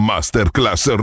Masterclass